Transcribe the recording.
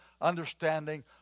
understanding